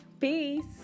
Peace